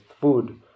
food